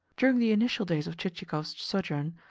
during the initial days of chichikov's sojourn,